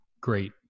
great